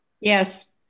Yes